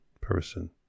person